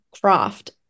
craft